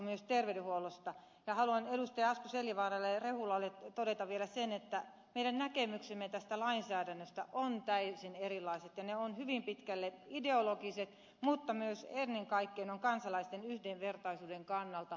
haluan edustajille asko seljavaara ja rehula todeta vielä sen että meidän näkemyksemme tästä lainsäädännöstä ovat täysin erilaiset ja ne ovat hyvin pitkälle ideologiset mutta ennen kaikkea ne ovat erilaiset kansalaisten yhdenvertaisuuden kannalta